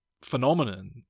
phenomenon